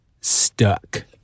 stuck